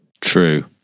True